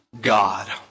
God